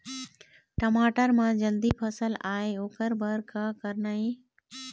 टमाटर म जल्दी फल आय ओकर बर का करना ये?